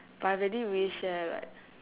but I really wish leh like